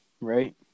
right